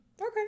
okay